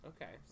Okay